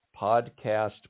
podcast